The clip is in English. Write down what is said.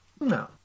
No